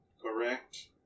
correct